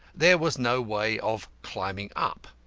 there was no way of climbing up.